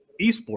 eSports